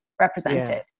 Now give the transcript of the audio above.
represented